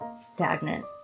stagnant